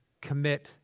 commit